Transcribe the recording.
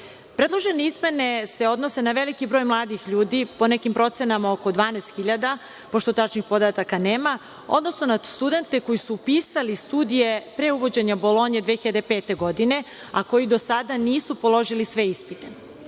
izmene se odnose na veliki broj mladih ljudi, po nekim procenama oko 12 hiljada, pošto tačnih podataka nema, odnosno na studente koji su upisali studije pre uvođenja Bolonje 2005. godine, a koji do sada nisu položili sve ispite. Pred